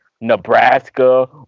Nebraska